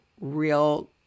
real